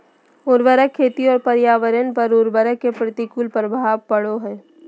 उर्वरक खेती और पर्यावरण पर उर्वरक के प्रतिकूल प्रभाव पड़ो हइ